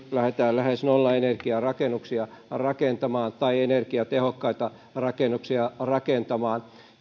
lähes nollaenergiarakennuksia rakentamaan tai energiatehokkaita rakennuksia rakentamaan